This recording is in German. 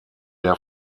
der